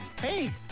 hey